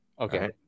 Okay